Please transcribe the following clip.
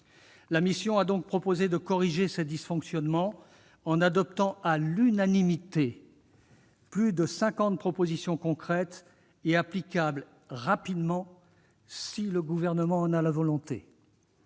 d'information a donc proposé de corriger ces dysfonctionnements en adoptant, à l'unanimité, plus de cinquante propositions concrètes applicables rapidement, si le Gouvernement en a la volonté.